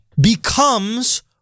becomes